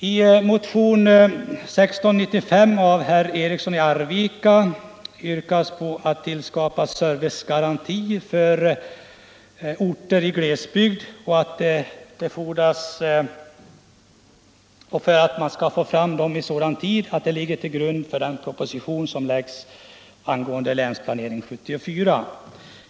I motionen 1695 av herr Eriksson i Arvika m.fl. yrkas att det tillskapas servicegaranti för orter i glesbygd och att förslag därom läggs fram i sådan tid att det kan ligga till grund för propositionen angående Länsplanering 1974.